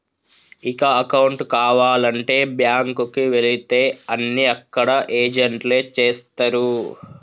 ఇక అకౌంటు కావాలంటే బ్యాంకుకి వెళితే అన్నీ అక్కడ ఏజెంట్లే చేస్తరు